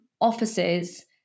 offices